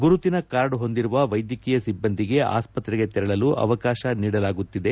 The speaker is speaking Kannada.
ಗುರುತಿನ ಕಾರ್ಡ್ ಹೊಂದಿರುವ ವೈದಕ್ಶೀಯ ಸಿಬ್ಬಂದಿಗೆ ಆಸ್ಪತ್ರೆಗೆ ತೆರಳಲು ಅವಕಾಶ ನೀಡಲಾಗುತ್ತಿದೆ